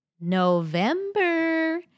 November